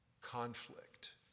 conflict